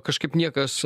kažkaip niekas